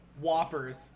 Whoppers